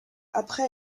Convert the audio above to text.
après